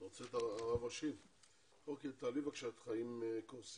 תעלי בבקשה את חיים קורסיה,